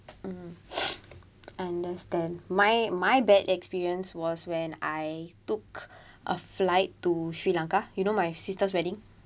mm understand my my bad experience was when I took a flight to sri lanka you know my sister's wedding